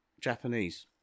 Japanese